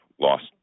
lost